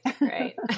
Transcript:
right